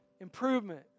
improvement